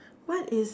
what is